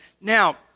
Now